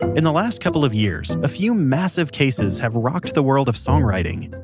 in the last couple of years, a few massive cases have rocked the world of songwriting.